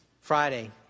Friday